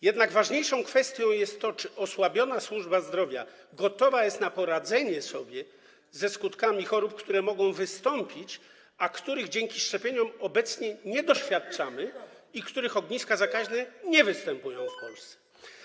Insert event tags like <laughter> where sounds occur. Jednak ważniejszą kwestią jest to, czy osłabiona służba zdrowia gotowa jest na poradzenie sobie ze skutkami chorób, które mogą wystąpić, a których dzięki szczepieniom obecnie nie doświadczamy i których ogniska zakaźne nie występują <noise> w Polsce.